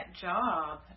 job